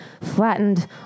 flattened